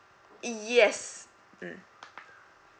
yes mm